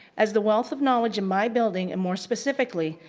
as the wealth of knowledge in my building, and more specifically,